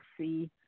see